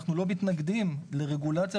אנחנו לא מתנגדים לרגולציה,